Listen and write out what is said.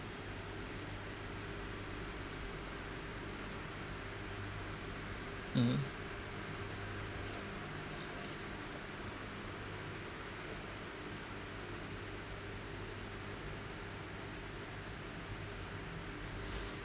mm